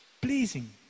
pleasing